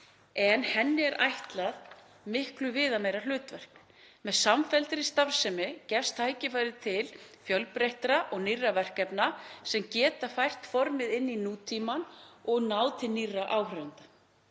En henni er ætlað miklu viðameira hlutverk. Með samfelldri starfsemi gefst tækifæri til fjölbreyttra og nýrra verkefna sem geta fært formið inn í nútímann og náð til nýrra áhorfenda.